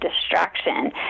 distraction